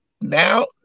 now